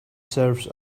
surfs